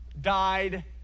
died